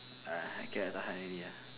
err I cannot tahan already ah